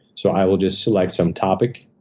so i will just select some topic,